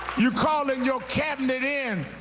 you're calling your cabinet in,